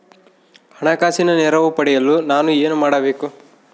ಹಣಕಾಸಿನ ನೆರವು ಪಡೆಯಲು ನಾನು ಏನು ಮಾಡಬೇಕು?